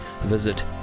visit